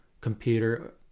computer